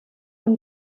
und